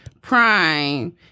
Prime